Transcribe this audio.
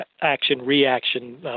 action-reaction